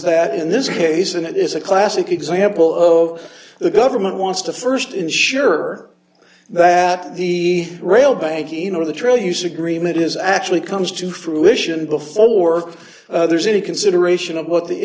that in this case and it is a classic example oh the government wants to st ensure that the real banking or the trail use agree it is actually comes to fruition before there's any consideration of what the